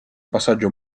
passaggio